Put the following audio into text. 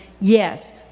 Yes